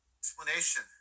explanation